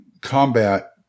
combat